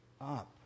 up